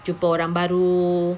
jumpa orang baru